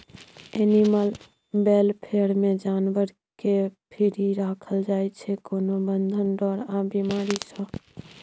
animal welfare मे जानबर केँ फ्री राखल जाइ छै कोनो बंधन, डर आ बेमारी सँ